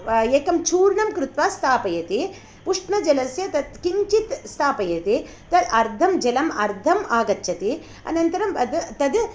एकं चूर्णं कृत्वा स्थापयति उष्णजलस्य तत् किञ्चित् स्थापयति तत् अर्धं जलम् अर्धम् आगच्छति अनन्तरं तत्